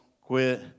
quit